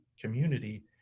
community